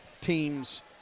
teams